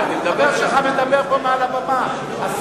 החבר שלך מדבר פה, מעל הבמה.